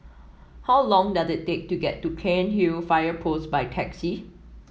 how long does it take to get to Cairnhill Fire Post by taxi